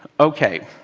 ok,